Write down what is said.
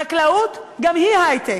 חקלאות, גם היא היי-טק.